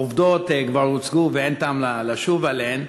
העובדות כבר הוצגו ואין טעם לחזור עליהן,